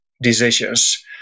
decisions